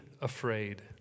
afraid